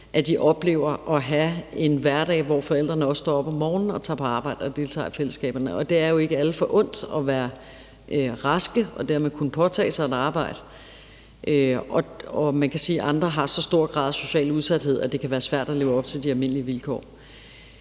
at de oplever at have en hverdag, hvor forældrene også står op om morgenen og tager på arbejde og deltager i fællesskaberne, og det er jo ikke alle forundt at være raske og dermed kunne påtage sig et arbejde. Og man kan sige, at andre har så stor en grad af social udsathed, at det kan være svært at leve op til de almindelige vilkår.